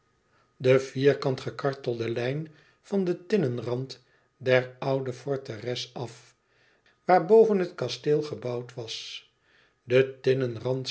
de vierkant kartelende lijn van den tinnenrand der oude forteres af waarboven het kasteel gebouwd was die tinnenrand